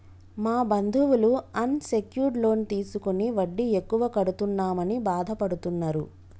మా బంధువులు unsecured loan తీసుకుని వడ్డీ ఎక్కువ కడుతున్నామని బాధపడుతున్నరు